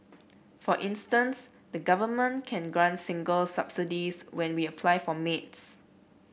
for instance the Government can grant singles subsidies when we apply for maids